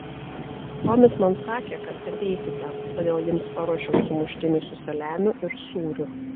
tomis man sakė kad ateisite todėl jums paruošiau sumuštinių su saliamiu ir sūriu